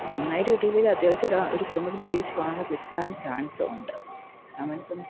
നന്നായിട്ട് കിട്ടിയില്ലേലും അത്യാവശ്യം ഒരാ ഒരു കുടുംബത്തിന് ജീവിച്ച് പോകാനുള്ള കിട്ടാൻ ചാൻസ് ഉണ്ട്